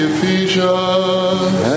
Ephesians